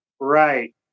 Right